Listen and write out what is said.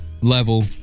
level